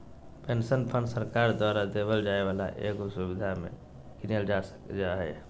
pension fund सरकार द्वारा देवल जाय वाला एगो सुविधा मे गीनल जा हय